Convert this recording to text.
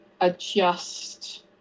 adjust